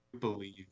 believe